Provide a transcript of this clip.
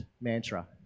mantra